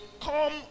come